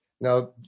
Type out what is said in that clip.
Now